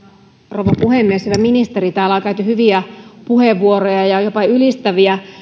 rouva puhemies hyvä ministeri täällä on käytetty hyviä ja jopa ylistäviä puheenvuoroja